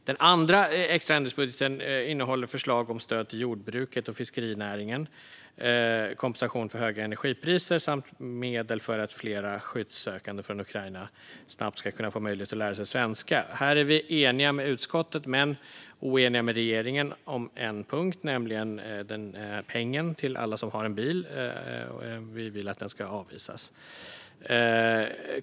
Den andra extra ändringsbudgeten innehåller förslag om stöd till jordbruket och fiskerinäringen, kompensation för höga energipriser samt medel för att fler skyddssökande från Ukraina snabbt ska kunna få möjlighet att lära sig svenska. Här är vi eniga med utskottet men oeniga med regeringen om en punkt, nämligen den här pengen till alla som har en bil. Vi vill att den ska avvisas.